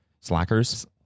Slackers